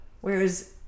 whereas